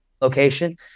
location